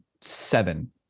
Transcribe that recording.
seven